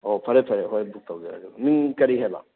ꯑꯣ ꯐꯔꯦ ꯐꯔꯦ ꯍꯣꯏ ꯕꯨꯛ ꯇꯧꯖꯔꯒꯦ ꯃꯤꯡ ꯀꯔꯤ ꯍꯥꯏꯕ